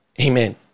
Amen